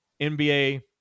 nba